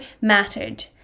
mattered